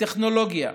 הטכנולוגיה,